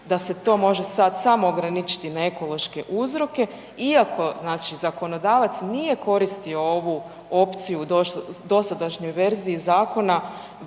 da se to može sad samo ograničiti na ekološke uzroke, iako zakonodavac nije koristio ovu opciju u dosadašnjoj verziji zakona